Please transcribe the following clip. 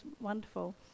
wonderful